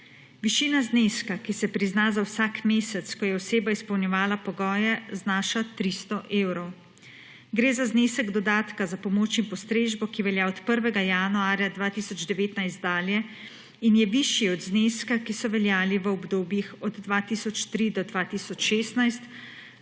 Višina zneska, ki se prizna za vsak mesec, ko je oseba izpolnjevala pogoje, znaša 300 evrov. Gre za znesek dodatka za pomoč in postrežbo, ki velja od 1. januarja 2019 dalje in je višji od zneskov, ki so veljali v obdobjih od 2003 do 2016,